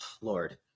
Lord